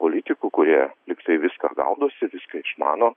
politikų kurie lygtai viską gaudosi viską išmano